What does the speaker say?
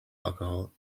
alcohol